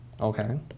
Okay